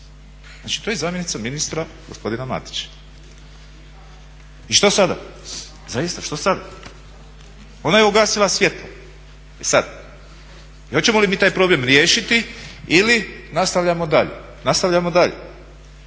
Znači, to je zamjenica ministra gospodina Matića. I šta sada? Zaista što sad? Ona je ugasila svjetlo. E sad, hoćemo li mi taj problem riješiti ili nastavljamo dalje. Pa nemamo